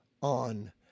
on